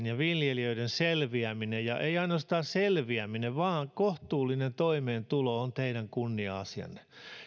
ja viljelijöiden selviäminen ja ei ainoastaan selviäminen vaan kohtuullinen toimeentulo on teidän kunnia asianne